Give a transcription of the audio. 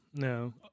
no